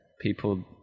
people